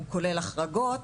הוא כולל החרגות,